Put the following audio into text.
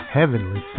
Heavenly